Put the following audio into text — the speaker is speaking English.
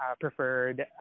preferred